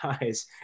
guys